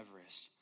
Everest